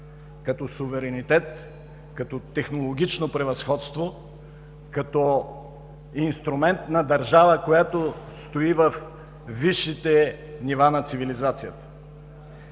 като суверенитет, като технологично превъзходство, като инструмент на държава, която стои във висшите нива на цивилизацията.